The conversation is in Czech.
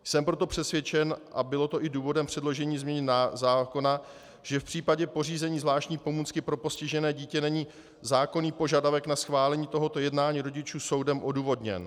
Jsem proto přesvědčen, a bylo to i důvodem předložení změny zákona, že v případě pořízení zvláštní pomůcky pro postižené dítě není zákonný požadavek na schválení tohoto jednání rodičů soudem odůvodněn.